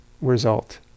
result